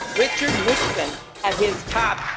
richard nixon had his top.